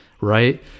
right